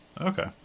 Okay